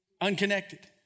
Unconnected